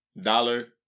dollar